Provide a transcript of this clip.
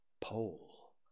Pole